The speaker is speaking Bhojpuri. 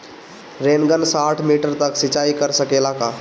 रेनगन साठ मिटर तक सिचाई कर सकेला का?